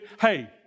Hey